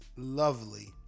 Lovely